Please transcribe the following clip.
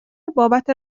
بابت